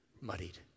muddied